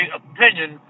opinion